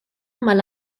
mal